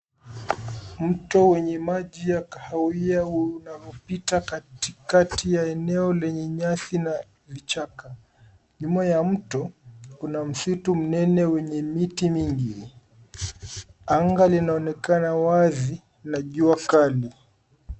Mto wenye maji ya kahawia unaopita katikati ya eneo lenye nyasi na vichaka. Nyuma ya mto kuna msitu menene wenye miti mingi. Anga linaonekana wazi na jua kali.